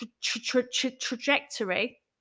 trajectory